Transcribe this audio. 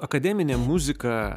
akademinė muzika